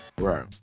Right